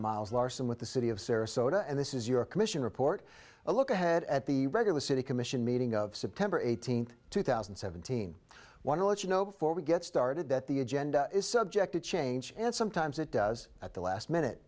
miles larson with the city of sarasota and this is your commission report a look ahead at the regular city commission meeting of september eighteenth two thousand and seventeen want to let you know before we get started that the agenda is subject to change and sometimes it does at the last minute